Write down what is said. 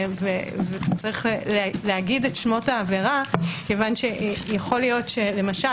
יש לומר את שמות העבירה כי יכול להיות שלמשל,